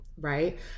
right